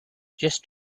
just